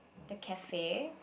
the cafe